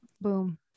boom